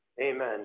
Amen